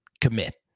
Commit